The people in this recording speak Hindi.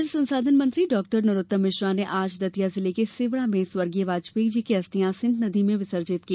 जल संसाधन मंत्री डॉ नरोत्तम मिश्र ने आज दतिया जिले के सेवढ़ा में स्वर्गीय वाजपेयीजी की अस्थियाँ सिंध नदी में विसर्जित की